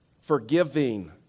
forgiving